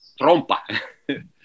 trompa